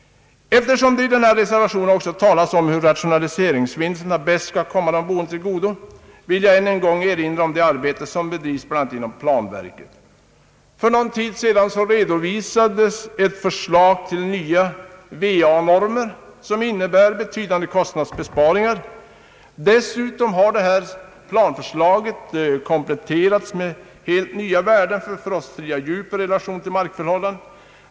Eftersom det i den här reservationen också talas om hur rationaliseringsvinsterna bäst skall komma de boende till godo, vill jag än en gång erinra om det arbete som bedrivs, bl.a. inom planverket. För någon tid sedan redovisades ett förslag till nya va-normer som innebär betydande kostnadsbesparingar. Dessutom har planförslaget kompletterats med helt nya värden för frostfria djup i relation till markförhållanden.